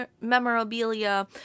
memorabilia